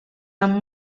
amb